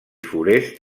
forest